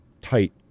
tight